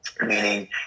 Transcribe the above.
Meaning